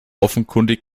offenkundig